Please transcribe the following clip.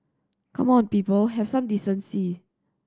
come on people have some decency